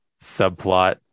subplot